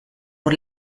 por